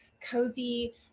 cozy